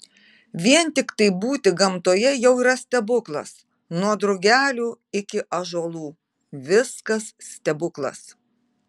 vien tiktai būti gamtoje jau yra stebuklas nuo drugelių iki ąžuolų viskas stebuklas